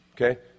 Okay